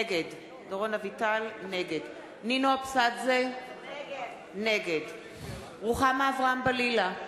נגד נינו אבסדזה, נגד רוחמה אברהם-בלילא,